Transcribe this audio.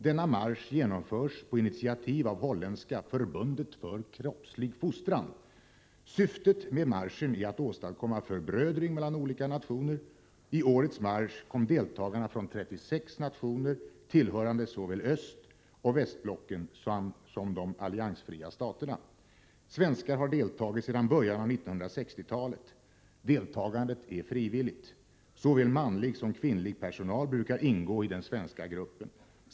Denna marsch genomförs på initiativ av holländska Förbundet för kroppslig fostran. Syftet med marschen är att åstadkomma förbrödring mellan olika nationer. I årets marsch kom deltagar na från 36 nationer, tillhörande såväl östoch västblocken som de alliansfria staterna. Svenskar har deltagit sedan början av 1960-talet. Deltagandet är frivilligt. Såväl manlig som kvinnlig personal brukar ingå i den svenska gruppen.